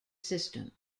system